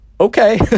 okay